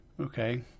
Okay